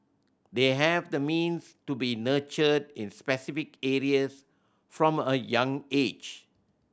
they have the means to be nurtured in specific areas from a young age